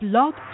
Blog